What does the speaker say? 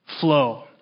Flow